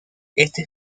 esta